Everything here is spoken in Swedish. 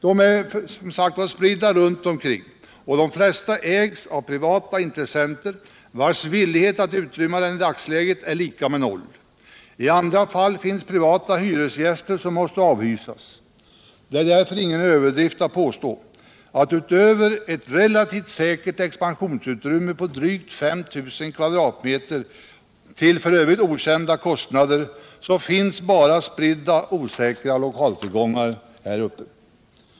De är som sagt spridda runt omkring och de flesta ägs av privata intressenter, vilkas villighet att i dagsläget utrymma dem är lika med noll. I andra fall finns-prinvata hyresgäster som måste avhysas. Det är därför ingen överdrit att påstå att utöver ett relativt säkert expansionsutrymme på drygt 5 000 kvm till f.ö. okända kostnader finns bara spridda, osäkra lokaltillgångar här uppe.